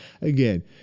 again